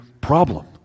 problem